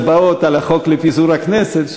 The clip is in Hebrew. הצבעות על החוק לפיזור הכנסת.